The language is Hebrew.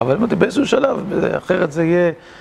אבל אם אתה באיזשהו שלב, אחרת זה יהיה...